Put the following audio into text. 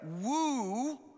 woo